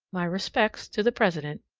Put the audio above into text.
my respects to the president.